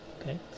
okay